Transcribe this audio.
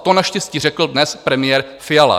To naštěstí řekl dnes premiér Fiala.